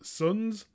sons